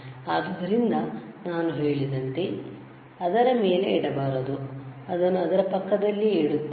ಆದ್ದರಿಂದ ನಾನು ಹೇಳಿದಂತೆ ನಾವು ಅದರ ಮೇಲೆ ಇಡಬಾರದು ನಾವು ಅದನ್ನು ಅದರ ಪಕ್ಕದಲ್ಲಿ ಇಡುತ್ತೇವೆ